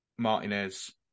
Martinez